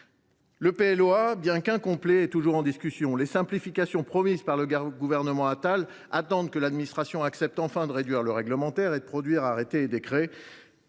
agricole, bien qu’incomplet, est toujours en discussion ; les simplifications promises par le Gouvernement Attal attendent que l’administration accepte enfin de réduire le réglementaire et de pondre arrêtés et décrets.